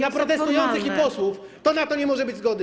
na protestujących i posłów, to na to nie może być zgody.